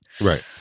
Right